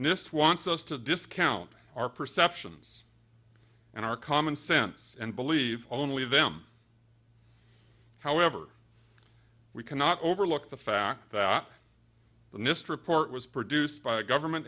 nist wants us to discount our perceptions and our common sense and believe only them however we cannot overlook the fact that the nist report was produced by a government